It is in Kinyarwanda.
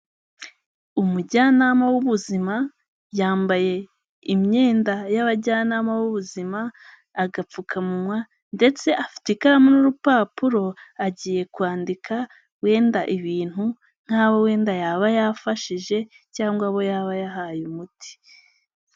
Umujyanama w'ubuzima yambaye imyenda y'abajyanama b'ubuzima, agapfukamunwa ndetse afite ikaramu n'urupapuro agiye kwandika wenda ibintu nk'abo wenda yaba yafashije cyangwa abo yaba yahaye umuti.